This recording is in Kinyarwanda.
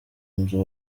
nzu